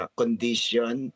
condition